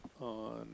on